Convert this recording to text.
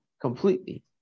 completely